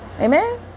Amen